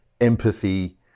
empathy